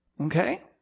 Okay